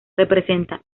representa